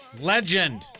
Legend